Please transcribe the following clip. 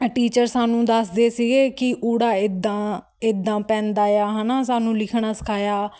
teacher ਸਾਨੂੰ ਦੱਸਦੇ ਸੀਗੇ ਕਿ ੳ ਏਦਾਂ ਏਦਾਂ ਪੈਂਦਾ ਆ ਹੈ ਨਾ ਸਾਨੂੰ ਲਿਖਣਾ ਸਿਖਾਇਆ